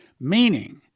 Meaning